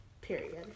Period